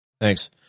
Thanks